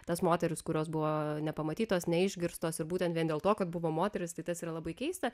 tas moteris kurios buvo nepamatytos neišgirstos ir būtent vien dėl to kad buvo moterys tai tas yra labai keista